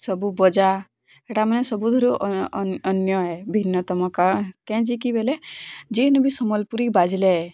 ସବୁ ବଜା ଏଇଟା ମାନେ ସବୁ ଥିରୁ ଅନ୍ୟ ହେ ଭିନ୍ନତମ କାଁ କେଁ ଜିକି ବେଲେ ଯେନ୍ ବି ସମ୍ୱଲପୁରୀ ବାଜିଲେ